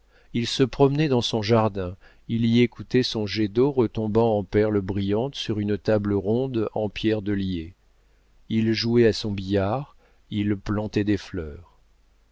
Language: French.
il se promenait dans son jardin il y écoutait son jet d'eau retombant en perles brillantes sur une table ronde en pierre de liais il jouait à son billard il plantait des fleurs